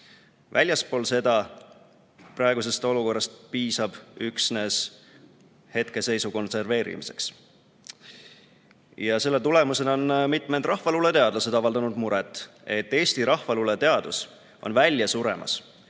Väljaspool seda piisab praeguses olukorras üksnes hetkeseisu konserveerimiseks. Selle tõttu on mitmed rahvaluuleteadlased avaldanud muret, et Eesti rahvaluuleteadus on välja suremas,